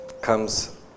comes